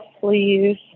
please